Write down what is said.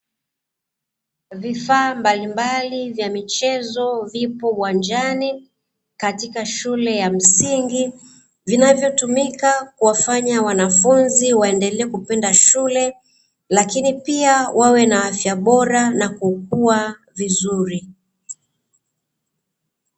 Vifaa mbalimbali vya michezo vipo uwanjani katika shule ya msingi, vinavyotumika kuwafanya wanafunzi waendele kupenda shule, lakini pia wawe na afya bora na kukua vizuri.